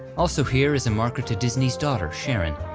also here is a marker to disney's daughter, sharon,